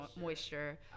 Moisture